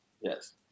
Yes